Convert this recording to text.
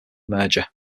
merger